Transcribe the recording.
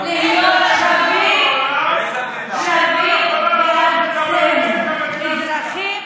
איפה הייתם חיים יותר טוב?